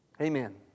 Amen